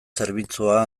zerbitzua